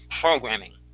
programming